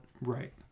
right